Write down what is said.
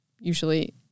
usually